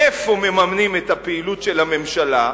מאיפה מממנים את הפעילות של הממשלה?